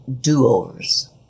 do-overs